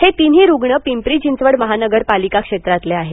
हे तिन्ही रूग्ण पिंपरी चिंचवड महानगरपालिका क्षेत्रातले आहेत